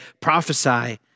prophesy